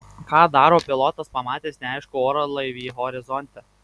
ką daro pilotas pamatęs neaiškų orlaivį horizonte